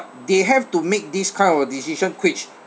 they have to make this kind of decision which